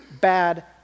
bad